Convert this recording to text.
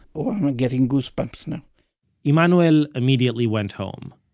oh, i'm getting goosebumps now emanuel immediately went home,